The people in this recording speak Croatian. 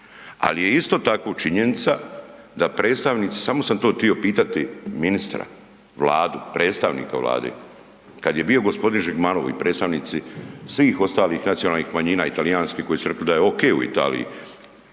ali je isto tako činjenica da predstavnici, samo sam to tio pitati ministra, Vladu, predstavnika Vlade kada je bio gospodin Žigmanov i predstavnici svih ostalih nacionalnih manjina i talijanski koji su rekli da je ok u Italiji